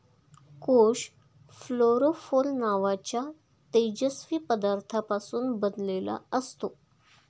कोष फ्लोरोफोर नावाच्या तेजस्वी पदार्थापासून बनलेला असतो